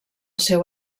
seu